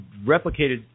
replicated